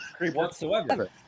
whatsoever